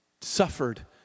suffered